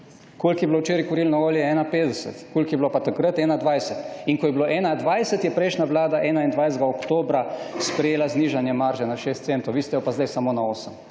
Koliko je bilo včeraj kurilno olje? 1,50 evra. Koliko je bilo pa takrat? 1,20 evra. Ko je bilo 1,20 evra, je prejšnja vlada 21. oktobra sprejela znižanje marže na šest centov, vi ste jo pa zdaj samo na